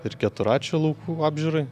ir keturračių laukų apžiūrai